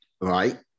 right